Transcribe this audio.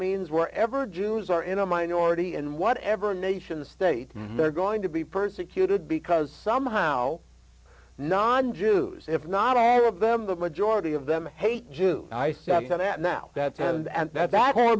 means wherever jews are in a minority and whatever nation state they're going to be persecuted because somehow non jews if not all of them the majority of them hate jews i sat down at now that